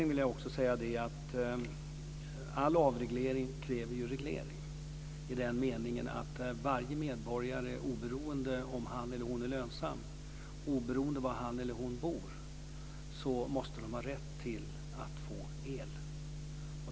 Jag vill också säga att all avreglering kräver reglering i den meningen att varje medborgare oberoende av om han eller hon är lönsam, oberoende av var han eller hon bor måste ha rätt att få el.